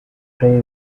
prey